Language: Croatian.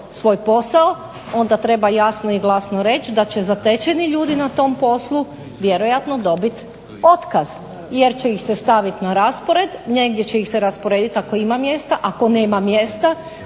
svoj posao onda treba jasno i glasno reći da će zatečeni ljudi na tom poslu vjerojatno dobiti otkaz jer će ih se staviti na raspored, negdje će ih se rasporedit ako ima mjesta. Ako nema mjesta